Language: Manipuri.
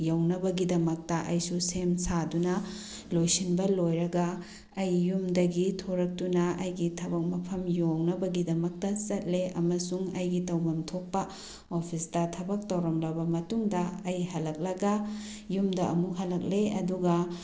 ꯌꯧꯅꯕꯒꯤꯗꯃꯛꯇ ꯑꯩꯁꯨ ꯁꯦꯝ ꯁꯥꯗꯨꯅ ꯂꯣꯏꯁꯤꯟꯕ ꯂꯣꯏꯔꯒ ꯑꯩ ꯌꯨꯝꯗꯒꯤ ꯊꯣꯔꯛꯇꯨꯅ ꯑꯩꯒꯤ ꯊꯕꯛ ꯃꯐꯝ ꯌꯧꯅꯕꯒꯤꯗꯃꯛꯇ ꯆꯠꯂꯦ ꯑꯃꯁꯨꯡ ꯑꯩꯒꯤ ꯇꯧꯐꯝ ꯊꯣꯛꯄ ꯑꯣꯞꯐꯤꯁꯇ ꯊꯕꯛ ꯇꯧꯔꯝꯂꯒ ꯃꯇꯨꯡꯗ ꯑꯩ ꯍꯂꯛꯂꯒ ꯌꯨꯝꯗ ꯑꯝꯨꯛ ꯍꯜꯂꯛꯂꯦ ꯑꯗꯨꯒ